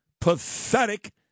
pathetic